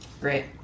Great